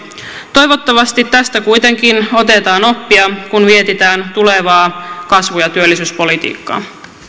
toivottavasti tästä kuitenkin otetaan oppia kun mietitään tulevaa kasvu ja työllisyyspolitiikkaa